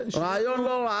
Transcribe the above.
רעיון לא רע,